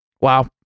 Wow